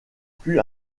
plus